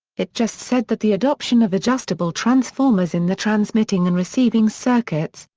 it just said that the adoption of adjustable transformers in the transmitting and receiving circuits,